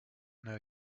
know